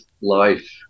life